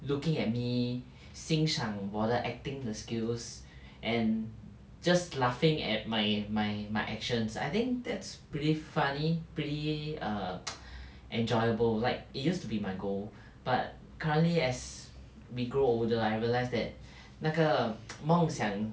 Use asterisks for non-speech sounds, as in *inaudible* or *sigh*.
looking at me 欣赏我的 acting 的 skills and just laughing at my my my actions I think that's pretty funny pretty err *noise* enjoyable like it used to be my goal but currently as we grow older I realise that *breath* 那个 *noise* 梦想